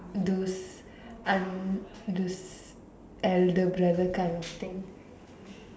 those un those elder brother kind of thing